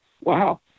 wow